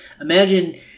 Imagine